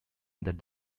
that